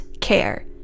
care